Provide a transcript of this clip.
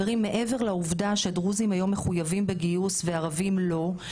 מעבר לעובדה שדרוזים מחויבים היום בגיוס וערבים לא,